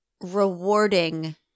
rewarding